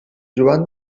joan